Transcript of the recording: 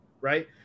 right